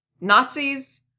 Nazis